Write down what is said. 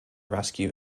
rescue